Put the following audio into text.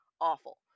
awful